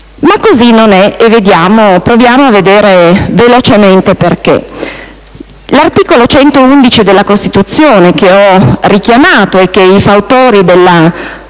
Ma così non è e cerchiamo di vedere velocemente perché. L'articolo 111 della Costituzione - che ho richiamato, come i fautori della